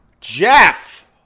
Jeff